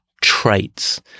traits